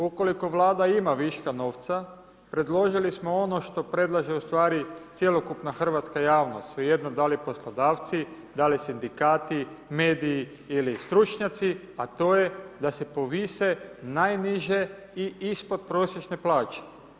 Ukoliko Vlada ima viška novca, predložili smo ono što predlaže ustvari cjelokupna hrvatska javnost, svejedno da li poslodavci, da li sindikati, mediji ili stručnjaci a to je da se povise najniže i ispodprosječne plaće.